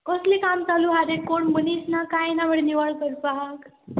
कसलें काम चालू हा तें कोण मनीस ना कांय ना बरें निवळ करपाक